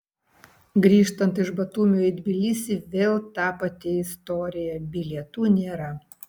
grįžtant iš batumio į tbilisį vėl ta pati istorija bilietų nėra